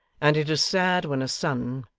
and it is sad when a son,